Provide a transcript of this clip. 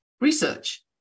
research